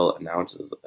announces